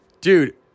Dude